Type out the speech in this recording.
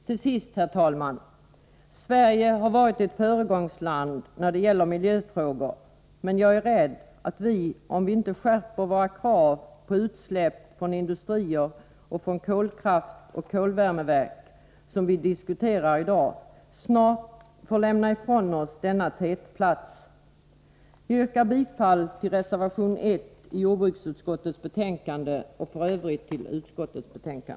Till sist, herr talman: Sverige har varit ett föregångsland när det gäller miljöfrågor, men jag är rädd att vi — om vi inte skärper våra krav på utsläpp från industrier och från kolkraftverk och kolvärmeverk, som vi diskuterar i dag — snart får lämna ifrån oss denna tätplats. Jag yrkar bifall till reservation 1i jordbruksutskottets betänkande 28 och i övrigt till utskottets hemställan.